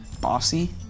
bossy